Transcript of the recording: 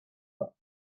pas